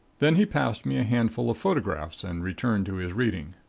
then he passed me a handful of photographs and returned to his reading.